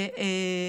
אני מסיימת.